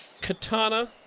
katana